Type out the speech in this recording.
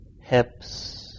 hips